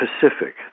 pacific